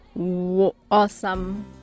awesome